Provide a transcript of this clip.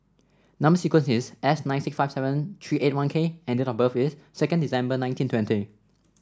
number sequence is S nine six five seven three eight one K and date of birth is second December nineteen twenty